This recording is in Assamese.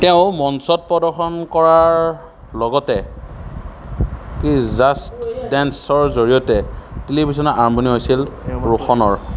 তেওঁ মঞ্চত প্ৰদৰ্শন কৰাৰ লগতে কি জাস্ট ডান্সৰ জৰিয়তে টেলিভিছনৰ আৰম্ভণি হৈছিল ৰোখনৰ